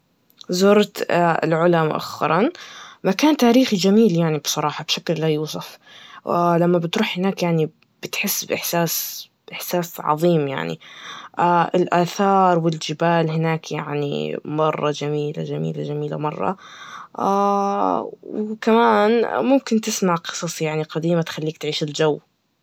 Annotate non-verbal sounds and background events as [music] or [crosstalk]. زرت العلا مؤخراً, مكان تاريجخي جميل يعني بصراحة بشكل لا يصف, ولما بتروح هناك يعني بتحس بإحساس, إحساس عظيم, يعني [hesitation] الآثار, الجبال هناك يعني, مرة جميلة, جميلة, جميلة, مرة, [hesitation] وكمان ممكن تسمع قصص يعني قديمة, تخليك تعيش الجو.